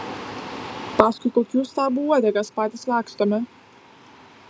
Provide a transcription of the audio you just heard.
paskui kokių stabų uodegas patys lakstome